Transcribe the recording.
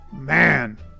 Man